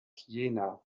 jena